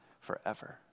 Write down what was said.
forever